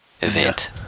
Event